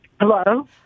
Hello